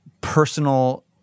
personal